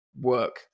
work